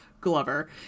Glover